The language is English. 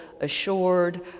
assured